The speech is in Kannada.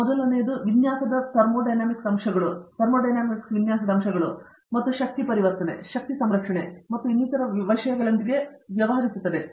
ಮೊದಲನೆಯದು ವಿನ್ಯಾಸದ ಥರ್ಮೊಡೈನಾಮಿಕ್ ಅಂಶಗಳು ಮತ್ತು ಶಕ್ತಿ ಪರಿವರ್ತನೆ ಶಕ್ತಿ ಸಂರಕ್ಷಣೆ ಮತ್ತು ಇನ್ನಿತರ ವಿಷಯಗಳೊಂದಿಗೆ ವ್ಯವಹರಿಸುತ್ತದೆ